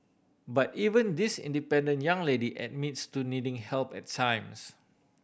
but even this independent young lady admits to needing help at times